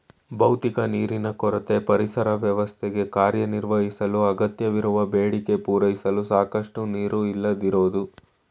ಭೌತಿಕ ನೀರಿನ ಕೊರತೆ ಪರಿಸರ ವ್ಯವಸ್ಥೆಗೆ ಕಾರ್ಯನಿರ್ವಹಿಸಲು ಅಗತ್ಯವಿರುವ ಬೇಡಿಕೆ ಪೂರೈಸಲು ಸಾಕಷ್ಟು ನೀರು ಇಲ್ಲದಿರೋದು